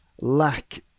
lack